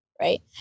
right